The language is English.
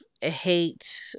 hate